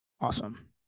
Awesome